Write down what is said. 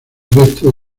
resto